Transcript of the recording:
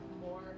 more